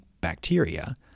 bacteria